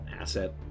asset